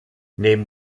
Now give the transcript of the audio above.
neben